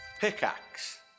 Pickaxe